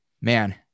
man